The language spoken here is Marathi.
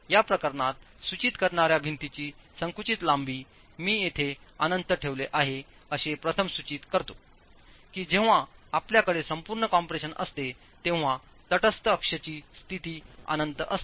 या प्रकरणात सूचित करणार्या भिंतीची संकुचित लांबी मी येथे अनंत ठेवले आहे असे प्रथम सूचित करतो की जेव्हा आपल्याकडे संपूर्ण कॉम्प्रेशन असते तेव्हा तटस्थ अक्षची स्थिती अनंत असते